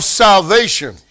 salvation